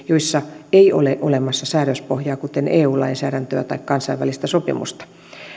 joissa ei ole olemassa säädöspohjaa kuten eu lainsäädäntöä tai kansainvälistä sopimusta